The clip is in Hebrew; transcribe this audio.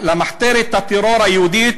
למחתרת הטרור היהודי,